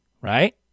right